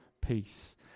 peace